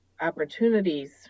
opportunities